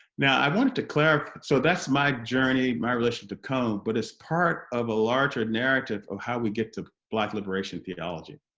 now i wanted to clarify so that's my journey, my relationship to cone but it's part of a larger narrative of how we get to black liberation theology.